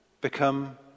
become